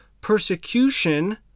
persecution